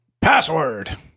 Password